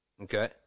okay